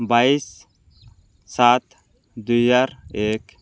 ବାଇଶ ସାତ ଦୁଇ ହଜାର ଏକ